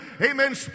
amen